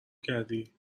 کردی